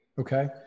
Okay